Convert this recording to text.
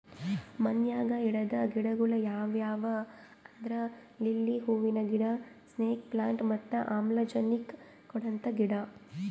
ಮನ್ಯಾಗ್ ಇಡದ್ ಗಿಡಗೊಳ್ ಯಾವ್ಯಾವ್ ಅಂದ್ರ ಲಿಲ್ಲಿ ಹೂವಿನ ಗಿಡ, ಸ್ನೇಕ್ ಪ್ಲಾಂಟ್ ಮತ್ತ್ ಆಮ್ಲಜನಕ್ ಕೊಡಂತ ಗಿಡ